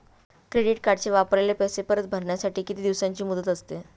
Credit कार्डचे वापरलेले पैसे परत भरण्यासाठी किती दिवसांची मुदत असते?